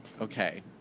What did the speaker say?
Okay